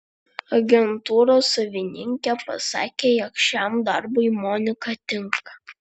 agentūros savininkė pasakė jog šiam darbui monika tinka